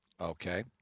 Okay